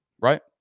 Right